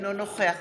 אינו נוכח